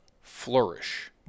flourish